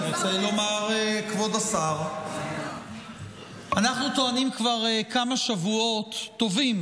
כבוד השר, אני רוצה לומר, כבר כמה שבועות טובים